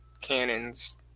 cannons